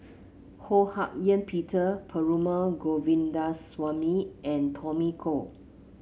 Ho Hak Ean Peter Perumal Govindaswamy and Tommy Koh